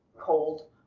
cold